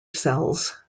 cells